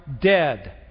dead